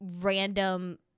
random